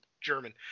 German